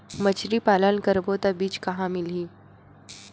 मछरी पालन करबो त बीज कहां मिलही?